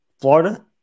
Florida